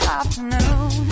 afternoon